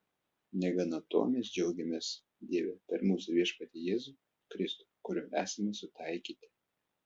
negana to mes džiaugiamės dieve per mūsų viešpatį jėzų kristų kuriuo esame sutaikyti